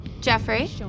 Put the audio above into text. Jeffrey